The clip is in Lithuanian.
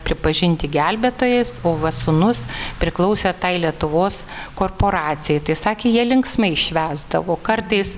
pripažinti gelbėtojais o va sūnus priklausė tai lietuvos korporacijai tai sakė jie linksmai švęsdavo kartais